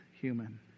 human